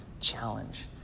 challenge